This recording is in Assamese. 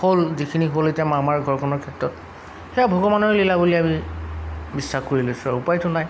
হ'ল যিখিনি হ'ল এতিয়া আমাৰ ঘৰখনৰ ক্ষেত্ৰত সেয়া ভগৱানৰ লীলা বুলি আমি বিশ্বাস কৰি লৈছোঁ আৰু উপায়তো নাই